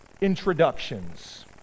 introductions